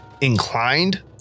inclined